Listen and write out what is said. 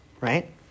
right